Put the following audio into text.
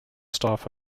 staff